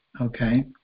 okay